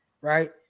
right